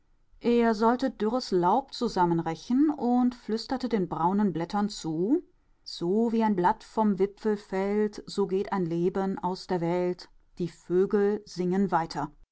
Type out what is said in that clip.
er sollte dürres laub zusammenrechen und flüsterte den braunen blättern zu so wie ein blatt vom wipfel fällt so geht ein leben aus der welt die vögel singen weiter